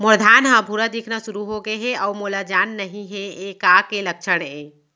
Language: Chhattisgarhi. मोर धान ह भूरा दिखना शुरू होगे हे अऊ ओमा जान नही हे ये का के लक्षण ये?